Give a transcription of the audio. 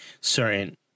Certain